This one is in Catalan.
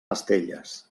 estelles